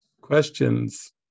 questions